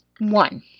One